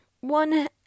one